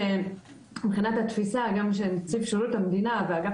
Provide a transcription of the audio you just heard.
מבחינת התפיסה שנציב שירות המדינה ואגף